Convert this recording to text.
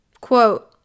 Quote